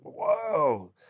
whoa